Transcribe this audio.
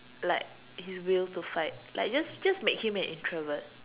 like his will to fight like just just make him an introvert